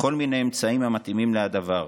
בכל מיני אמצעים המתאימים להדבר.